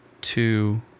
two